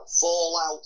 fallout